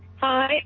Hi